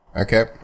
Okay